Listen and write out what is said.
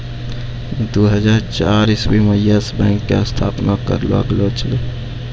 दु हजार चार इस्वी मे यस बैंक के स्थापना करलो गेलै